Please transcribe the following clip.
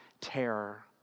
terror